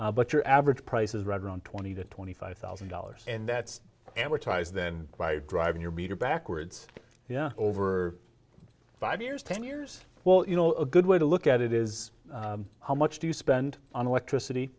but your average price is right around twenty to twenty five thousand dollars and that's where ty's then by driving your beater backwards yeah over five years ten years well you know a good way to look at it is how much do you spend on electricity